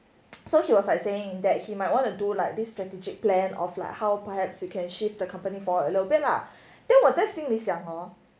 so he was like saying that he might want to do like this strategic plan of like how perhaps he can shift the company forward a little bit lah then 我在心里想 hor